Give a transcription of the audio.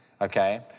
okay